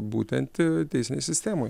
būtent teisinei sistemai